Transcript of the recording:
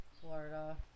Florida